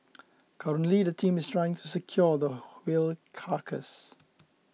currently the team is trying to secure the whale carcass